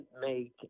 make